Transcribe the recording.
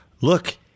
look